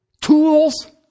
tools